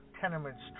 tenements